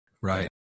Right